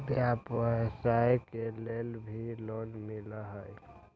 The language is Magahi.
व्यवसाय के लेल भी लोन मिलहई?